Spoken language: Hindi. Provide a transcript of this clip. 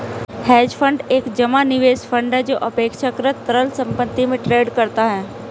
हेज फंड एक जमा निवेश फंड है जो अपेक्षाकृत तरल संपत्ति में ट्रेड करता है